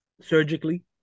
surgically